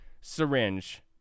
syringe